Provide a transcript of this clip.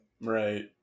Right